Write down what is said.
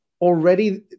Already